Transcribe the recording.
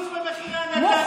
20% במחירי הנדל"ן העליתם.